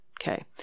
Okay